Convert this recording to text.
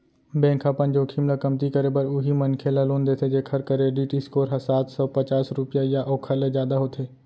bank ह अपन जोखिम ल कमती करे बर उहीं मनखे ल लोन देथे जेखर करेडिट स्कोर ह सात सव पचास रुपिया या ओखर ले जादा होथे